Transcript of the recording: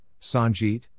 Sanjit